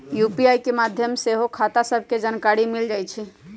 UPI के माध्यम से सेहो खता सभके जानकारी मिल जाइ छइ